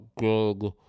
good